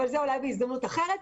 אבל אולי בהזדמנות אחרת.